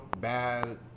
Bad